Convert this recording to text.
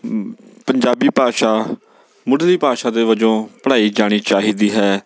ਪੰਜਾਬੀ ਭਾਸ਼ਾ ਮੁੱਢਲੀ ਭਾਸ਼ਾ ਦੇ ਵਜੋਂ ਪੜ੍ਹਾਈ ਜਾਣੀ ਚਾਹੀਦੀ ਹੈ